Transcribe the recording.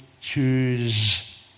choose